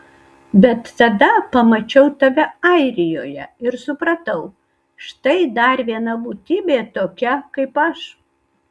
bet tada pamačiau tave airijoje ir supratau štai dar viena būtybė tokia kaip aš